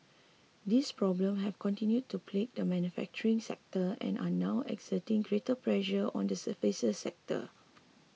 these problem have continued to plague the manufacturing sector and are now exerting greater pressure on the services sector